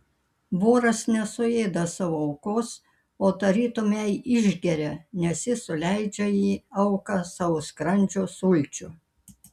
voras nesuėda savo aukos o tarytum ją išgeria nes jis suleidžia į auką savo skrandžio sulčių